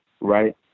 right